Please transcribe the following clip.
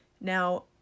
Now